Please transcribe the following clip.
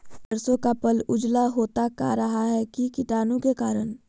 सरसो का पल उजला होता का रहा है की कीटाणु के करण?